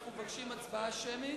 אנחנו מבקשים הצבעה שמית.